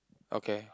okay